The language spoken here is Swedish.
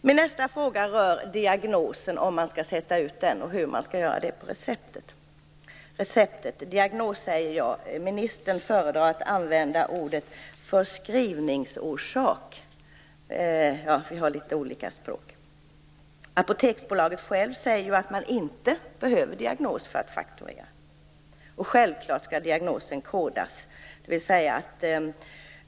Min nästa fråga rör diagnosen, om och hur man skall ange den på receptet. Jag säger "diagnos", men ministern föredrar att använda ordet "förskrivningsorsak" - vi har litet olika språkbruk. Apoteksbolaget självt säger att man inte behöver diagnos för att fakturera, och självfallet skall diagnosen kodas.